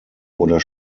oder